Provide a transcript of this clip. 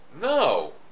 No